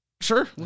Sure